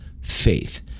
faith